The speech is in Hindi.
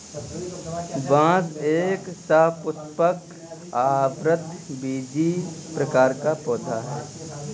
बांस एक सपुष्पक, आवृतबीजी प्रकार का पौधा है